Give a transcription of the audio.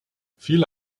viele